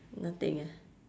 nothing ah